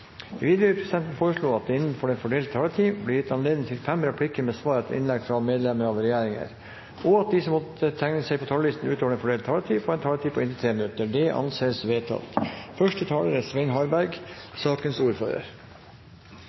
Videre vil presidenten foreslå at det blir gitt anledning til fem replikker med svar etter innlegg fra medlemmer av regjeringen, innenfor den fordelte taletid, og at de som måtte tegne seg på talerlisten utover den fordelte taletid, får en taletid på inntil 3 minutter. – Det anses vedtatt. Som ordfører